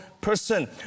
person